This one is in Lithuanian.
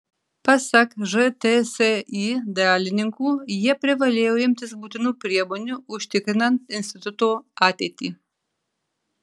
pasak žtsi dalininkų jie privalėjo imtis būtinų priemonių užtikrinant instituto ateitį